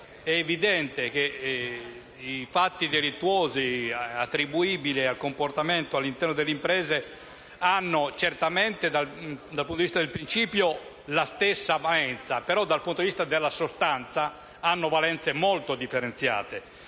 È evidente che i fatti delittuosi attribuibili al comportamento all'interno delle imprese hanno certamente, dal punto di vista del principio, la stessa valenza; ma dal punto di vista della sostanza, hanno valenze molto differenziate.